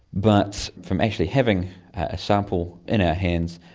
but from actually having a sample in our hands,